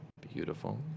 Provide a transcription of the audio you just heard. beautiful